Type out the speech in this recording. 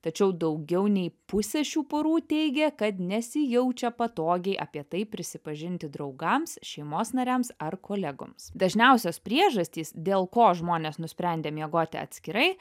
tačiau daugiau nei pusė šių porų teigia kad nesijaučia patogiai apie tai prisipažinti draugams šeimos nariams ar kolegoms dažniausios priežastys dėl ko žmonės nusprendė miegoti atskirai